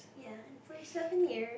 ya in forty seven years